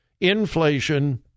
Inflation